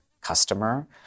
customer